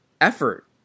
effort